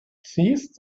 seized